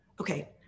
okay